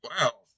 Wow